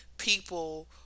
People